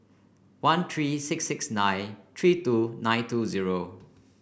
one three six six nine three two nine two zero